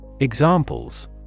Examples